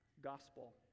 Gospel